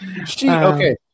Okay